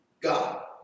God